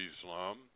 Islam